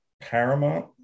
Paramount